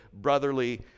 brotherly